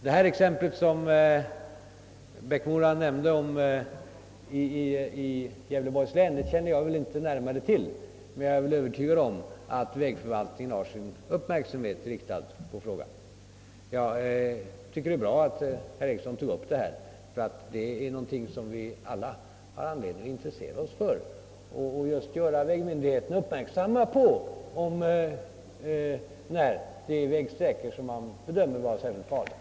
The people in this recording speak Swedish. Det exempel som herr Erikssson i Bäckmora nämnde från Gävleborgs län känner jag inte närmare till, men jag är övertygad om att vägförvaltningen har sin uppmärksamhet riktad på saken. Jag tycker det är bra att herr Eriksson nämnde det. Vi har alla anledning att intressera oss för dessa frågor och göra myndigheterna uppmärksamma på vägsträckor som kan anses vara särskilt farliga.